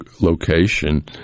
location